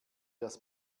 das